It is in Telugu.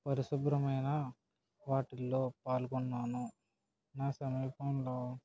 పరిశుభ్రమైన వాటిల్లో పాల్గొన్నాను నా సమీపంలో